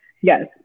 yes